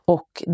Och